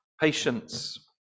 Patience